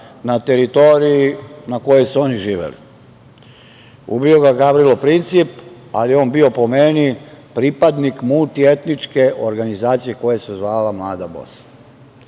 na teritoriji na kojoj su oni živeli. Ubio ga je Gavrilo Princip. On je bio po meni pripadnik multietničke organizacije koja se zvala „Mlada Bosna“.Da,